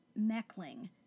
Meckling